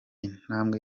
intambwe